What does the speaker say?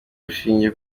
bushingiye